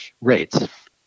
rates